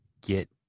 get